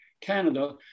Canada